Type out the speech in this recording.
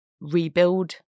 rebuild